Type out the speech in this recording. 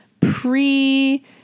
pre-